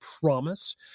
promise